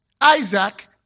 Isaac